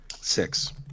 Six